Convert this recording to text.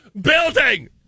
building